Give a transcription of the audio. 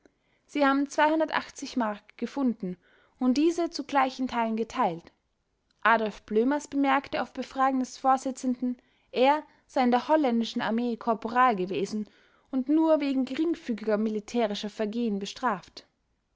sie haben m gefunden und diese zu gleichen teilen geteilt adolf blömers bemerkte auf befragen des vorsitzenden er sei in der holländischen armee korporal gewesen und nur wegen geringfügiger militärischer vergehen bestraft